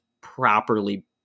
properly